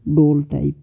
bold type